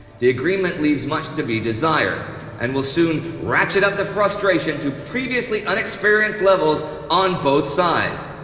the agreement leaves much to be desired and will soon ratchet up the frustration to previously unexperienced levels on both sides.